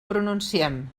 pronunciem